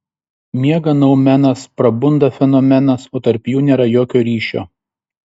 miega noumenas prabunda fenomenas o tarp jų nėra jokio ryšio